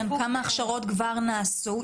כמה הכשרות כבר נעשו?